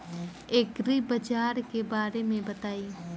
एग्रीबाजार के बारे में बताई?